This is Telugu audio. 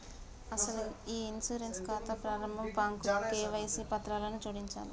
అసలు ఈ ఇన్సూరెన్స్ ఖాతా ప్రారంభ ఫాంకు కేవైసీ పత్రాలను జోడించాలి